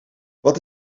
wat